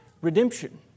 redemption